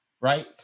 right